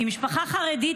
היא משפחה חרדית,